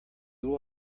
will